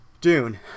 Dune